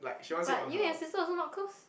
but you and your sister also not close